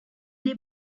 des